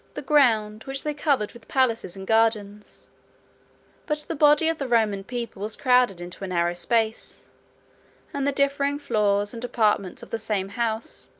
the ground, which they covered with palaces and gardens but the body of the roman people was crowded into a narrow space and the different floors, and apartments, of the same house,